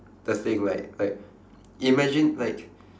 the thing like like imagine like